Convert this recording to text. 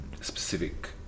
specific